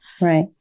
Right